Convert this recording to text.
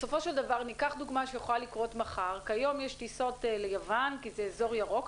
אם ניקח דוגמה שיכולה לקרות מחר כיום יש טיסות ליוון כי זה אזור ירוק.